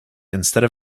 instead